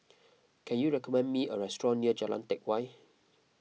can you recommend me a restaurant near Jalan Teck Whye